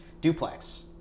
duplex